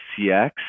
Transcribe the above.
CX